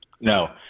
No